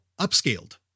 upscaled